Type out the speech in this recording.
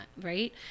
right